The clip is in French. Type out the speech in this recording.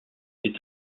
est